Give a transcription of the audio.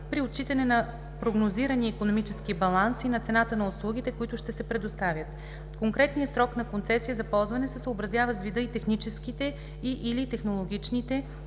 при отчитане на прогнозирания икономически баланс и на цената на услугите, които ще се предоставят. Конкретният срок на концесия за ползване се съобразява с вида и техническите и/или технологичните